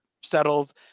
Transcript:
settled